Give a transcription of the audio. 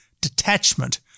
detachment